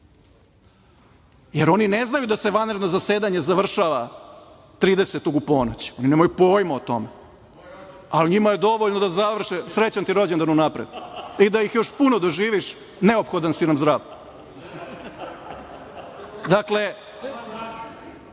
jer oni ne znaju da se vanredno zasedanje završava 30. u ponoć. Oni nemaju pojma o tome.(Aleksandar Jovanović: Moj rođendan.)Srećan ti rođendan unapred i da ih još puno doživiš. Neophodan si nam zdrav. Dakle,